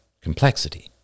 complexity